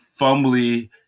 Fumbly